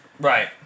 right